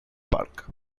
park